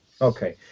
okay